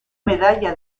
medalla